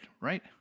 right